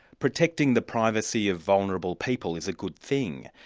protecting the privacy of vulnerable people is a good thing,